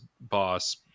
boss